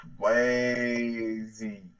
crazy